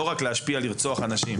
לא רק להשפיע לרצוח אנשים,